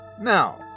Now